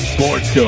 Sports